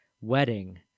wedding